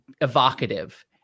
evocative